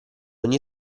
ogni